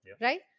Right